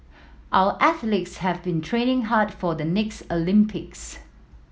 our athletes have been training hard for the next Olympics